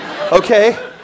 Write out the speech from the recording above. Okay